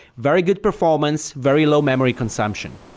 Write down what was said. very good performance, very low memory consumption.